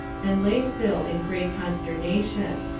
and lay still in great consternation.